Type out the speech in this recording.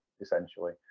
essentially